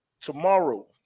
tomorrow